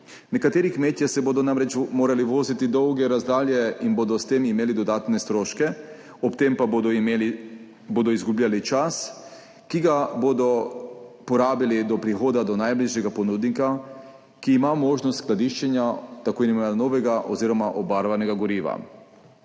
Nekateri kmetje se bodo namreč morali voziti na dolge razdalje in bodo s tem imeli dodatne stroške, ob tem pa bodo izgubljali čas, ki ga bodo porabili do prihoda do najbližjega ponudnika, ki ima možnost skladiščenja tako imenovanega novega oziroma obarvanega goriva.